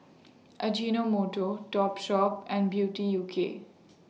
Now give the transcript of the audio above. Ajinomoto Topshop and Beauty U K